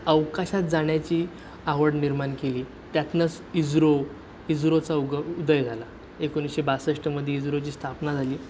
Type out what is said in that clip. अवकाशात जाण्याची आवड निर्माण केली त्यातनंच इझरो इझरोचा उग उदय झाला एकोणीसशे बासष्टमध्ये इजरोची स्थापना झाली